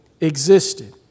existed